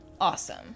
awesome